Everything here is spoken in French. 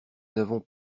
n’avons